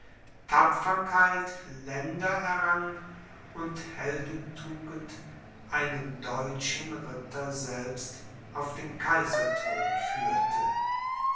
tapferkeit länder errang und heldentugend einen deutschen ritter selbst auf den kaiserthron führte